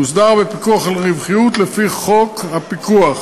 מוסדר בפיקוח על רווחיות לפי חוק הפיקוח.